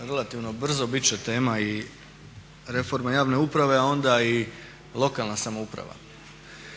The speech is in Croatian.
relativno brzo, biti će tema reforma javne uprave a onda i lokalna samouprava.